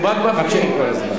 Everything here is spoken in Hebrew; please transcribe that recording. הוא חי במגדל שן.